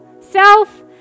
self